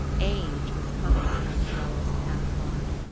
age was coming upon the dwellers in asgard.